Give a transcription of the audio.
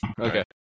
Okay